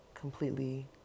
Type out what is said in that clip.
completely